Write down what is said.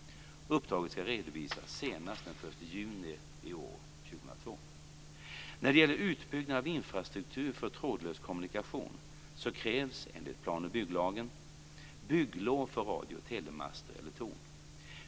Uppdraget ska redovisas senast den 1 juni 2002. När det gäller utbyggnad av infrastruktur för trådlös kommunikation krävs enligt plan och bygglagen, 1987:10, PBL, bygglov för radio och telemaster eller torn.